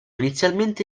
inizialmente